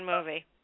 movie